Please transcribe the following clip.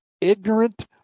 ignorant